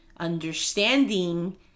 Understanding